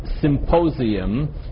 symposium